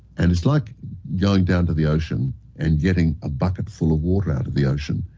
and it's like going down to the ocean and getting a bucket full of water out of the ocean.